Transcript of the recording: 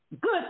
good